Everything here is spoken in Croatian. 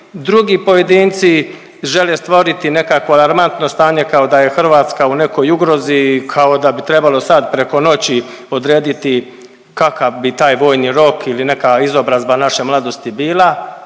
Drugi pojedinci žele stvoriti nekakvo alarmantno stanje kao da je Hrvatska u nekoj ugrozi, kao da bi trebalo sad preko noći odrediti kakav bi taj vojni rok ili neka izobrazba naše mladosti bila